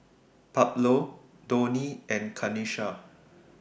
Pablo Donnie and Kanisha